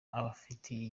abafitiye